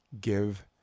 give